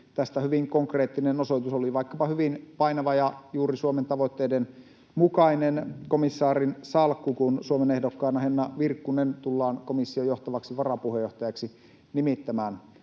Tästä hyvin konkreettinen osoitus oli vaikkapa hyvin painava ja juuri Suomen tavoitteiden mukainen komissaarin salkku, kun Suomen ehdokkaana Henna Virkkunen tullaan komission johtavaksi varapuheenjohtajaksi nimittämään.